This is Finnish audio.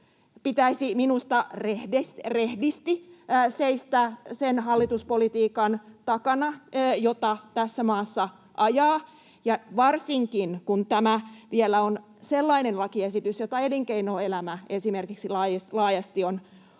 pitäisi minusta rehdisti seistä sen hallituspolitiikan takana, jota tässä maassa ajaa. Varsinkin kun tämä vielä on sellainen lakiesitys, jota esimerkiksi elinkeinoelämä